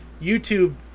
YouTube